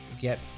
get